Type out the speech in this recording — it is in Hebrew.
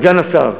סגן השר,